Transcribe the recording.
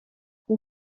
hon